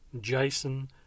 Jason